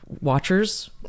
watchers